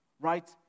right